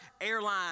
Airline